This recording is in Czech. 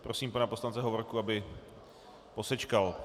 Prosím pana poslance Hovorku, aby posečkal.